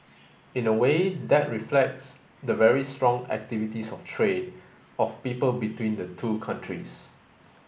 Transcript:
in a way that reflects the very strong activities of trade of people between the two countries